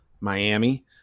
Miami